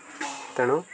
ତେଣୁ